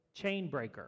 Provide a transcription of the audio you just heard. Chainbreaker